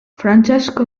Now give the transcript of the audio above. francesco